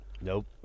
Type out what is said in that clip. Nope